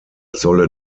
solle